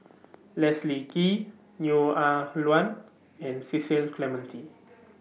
Leslie Kee Neo Ah Luan and Cecil Clementi